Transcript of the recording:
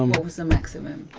um was the maximum?